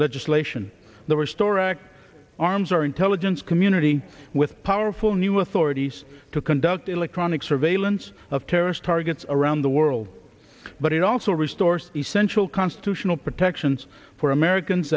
legislation the restore act arms our intelligence community with powerful new authorities to conduct electronic surveillance of terrorist targets around the world but it also restores essential constitutional protections for americans